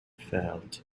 failed